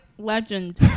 Legend